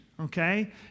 okay